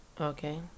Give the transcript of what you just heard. Okay